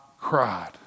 cried